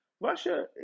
Russia